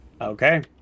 Okay